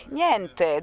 niente